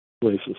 places